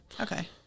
Okay